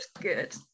good